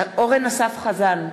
אורן אסף חזן,